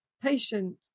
patient